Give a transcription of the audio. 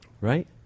right